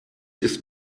ist